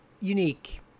unique